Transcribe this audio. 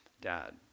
Dad